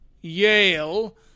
Yale